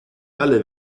alle